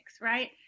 right